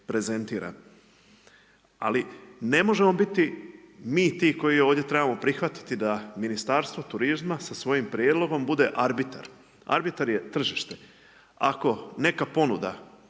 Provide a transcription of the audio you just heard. prezentira. Ali ne možemo biti mi ti koji ovdje trebamo prihvatiti da Ministarstvo turizma sa svojim prijedlogom bude arbitar. Arbitar je tržište. Ako neka ponuda